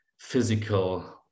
physical